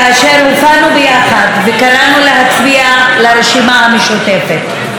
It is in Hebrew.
כאשר הופענו ביחד וקראנו להצביע לרשימה המשותפת.